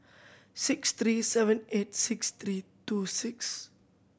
six three seven eight six three two six